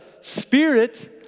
Spirit